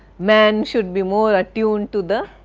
man should be more attuned to the,